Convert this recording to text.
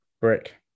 brick